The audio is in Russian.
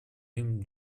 ими